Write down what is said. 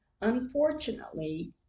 Unfortunately